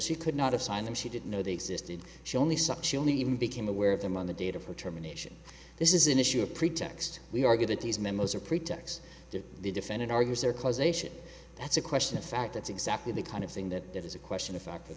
she could not assign them she didn't know they existed she only saw she only even became aware of them on the data for terminations this is an issue a pretext we argue that these memos are pretext that the defendant argues their causation that's a question of fact that's exactly the kind of thing that that is a question of fact